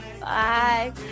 Bye